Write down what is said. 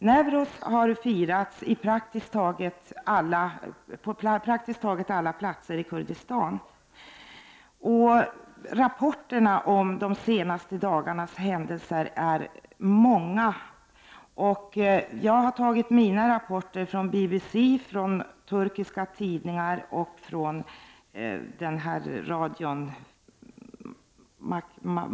Newros har firats på praktiskt taget alla platser i Kurdistan. Rapporterna om de senaste dagarnas händelser är många. Jag har fått mina rapporter från BBC, turkiska tidningar och från radion.